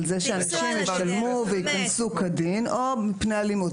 האם על זה שאנשים ישלמו וייכנסו כדין או מפני אלימות?